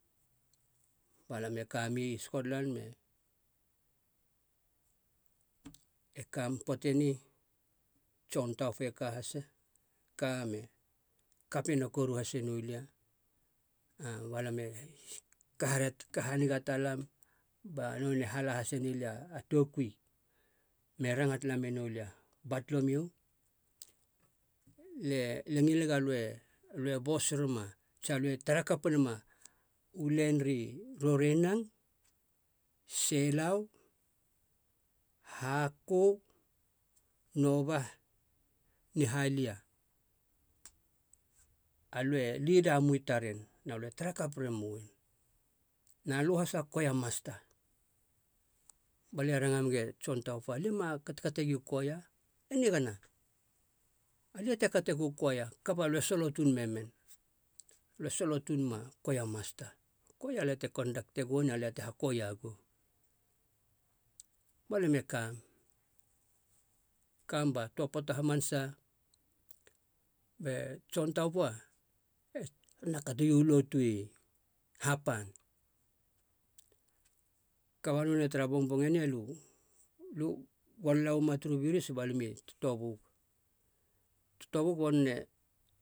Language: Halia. Ba lam e ka mi scotlan me kam, poata eni e john taufa e ka has, ka me kapiana koru hase noulia ah, balam e ka haniga talam ba nonei e hala hase nelia a toukui me ranga tala me noulia, batholomiu lia e ngilega alo- alo e bos rema tsi alo e tara kap rema u len ri roroenang, selau, haku, nova, ni halia. Alo e lida moq i taren na lo e tara kap ra moen na lo has a koaia masta. Ba lia e ranga megu e john taufa, alia ema katokatoegi u koaia, e nigana, alia e katoegou u koaia, kaba alo e solo tuun me men, alo e solo tuun mem a koaia masta, koaia alia te kondak egoen na lia te hakoaia gou. Balam e kam- kam ba toa poata hamanasa be john taufa ena katea u lotu i hapan, kaba nonei tara bongbong eni alo- alo u golala uama turu biris balia mi totobug, totobug ba nonei